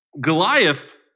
Goliath